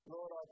Lord